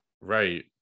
Right